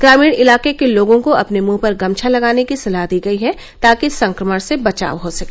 ग्रामीण इलाके के लोगों को अपने मूंह पर गमछा लगाने की सलाह दी गई है ताकि संक्रमण से बचाव हो सके